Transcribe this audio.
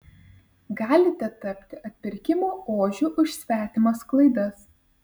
galite tapti atpirkimo ožiu už svetimas klaidas